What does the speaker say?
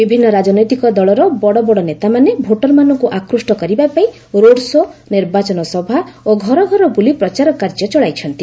ବିଭିନ୍ନ ରାଜନୈତିକ ଦଳର ବଡବଡ ନେତାମାନେ ଭୋଟରମାନଙ୍କୁ ଆକୃଷ୍ଟ କରିବା ପାଇଁ ରୋଡ଼ ଶୋ' ନିର୍ବାଚନ ସଭା ଓ ଘରଘର ବୁଲି ପ୍ରଚାର କାର୍ଯ୍ୟ ଚଳାଇଛନ୍ତି